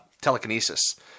telekinesis